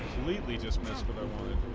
completely dismiss, but